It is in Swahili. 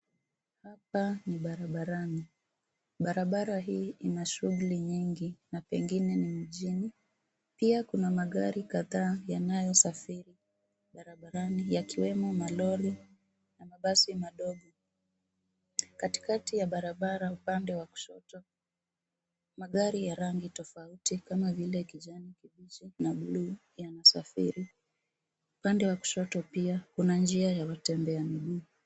Hapa ni barabarani. Barabara hii ina shughuli nyingi, na pengine ni mjini. Pia kuna magari kadhaa yanayosafiri barabarani yakiwemo malori, na mabasi madogo. Katikati ya barabara upande wa kushoto, magari ya rangi tofauti kama vile kijani kibichi na bluu, yanasafiri. Upande wa kushoto pia, kuna njia ya watembea miguu.